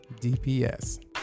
DPS